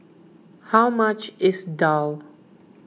how much is Daal